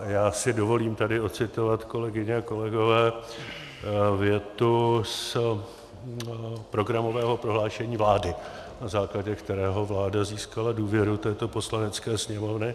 Já si dovolím tady odcitovat, kolegyně a kolegové, větu z programového prohlášení vlády, na základě kterého vláda získala důvěru této Poslanecké sněmovny.